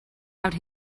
out